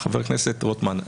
חבר הכנסת רוטמן,